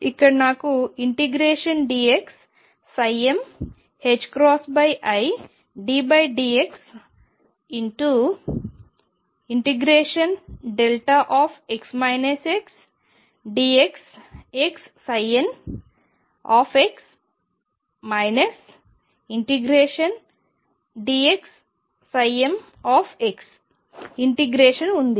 ఇక్కడ నాకు ∫dx middx ∫δx xdxxnx ∫dx m integration ఉంది